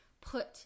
put